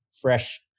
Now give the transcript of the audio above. fresh